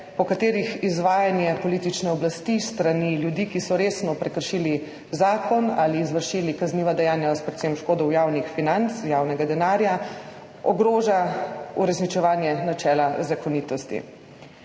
po katerih izvajanje politične oblasti s strani ljudi, ki so resno prekršili zakon ali izvršili kazniva dejanja s predvsem škodo javnih financ, javnega denarja, ogroža uresničevanje načela zakonitosti.